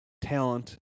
talent